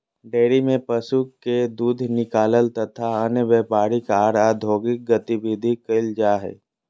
dairy में पशु के दूध निकालल तथा अन्य व्यापारिक आर औद्योगिक गतिविधि कईल जा हई